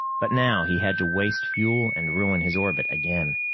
but now he had to waste fuel and ruin his orbit again.